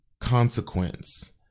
consequence